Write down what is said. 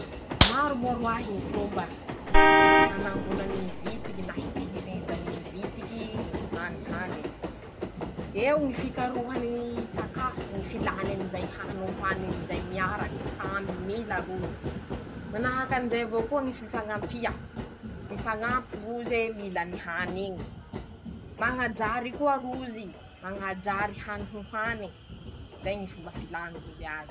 Maro moa roahy ñy fomba hanangonany ñy vitiky na hitahirizany ñy vitiky ñy hany haniny: -Eo ñy fikarohany ñy sakafo. ñy filany anizay hany ho haniny zay miaraky. samby mila rozy. manahaky anizay avao koa ñy fifañampia. mifañampy roze mila any hany iñy. mañajary koa rozy. mañajary hany ho hany. zay ñy fomba filandrozy azy.